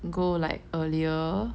go like earlier